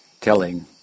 telling